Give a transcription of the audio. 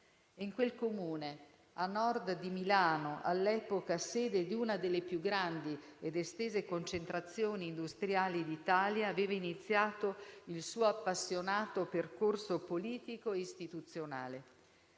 in quel Comune a Nord di Milano, all'epoca sede di una delle più grandi ed estese concentrazioni industriali d'Italia, aveva iniziato il suo appassionato percorso politico-istituzionale.